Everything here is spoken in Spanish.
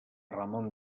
ramón